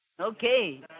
Okay